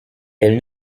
elle